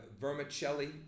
vermicelli